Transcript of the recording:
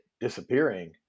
disappearing